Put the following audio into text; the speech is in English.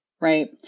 Right